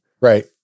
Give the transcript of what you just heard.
Right